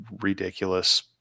ridiculous